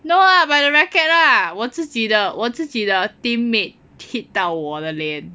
no lah by the racket lah 我自己的我自己的 teammate hit 到我的脸